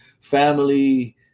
family